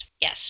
Yes